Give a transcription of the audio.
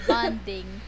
Bonding